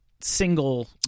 single